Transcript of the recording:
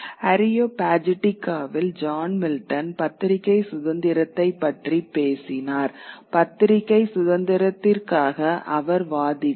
அரியோபாகிடிகாவில் John Milton பத்திரிகை சுதந்திரத்தைப் பற்றி பேசினார் பத்திரிகை சுதந்திரத்திற்காக அவர் வாதிட்டார்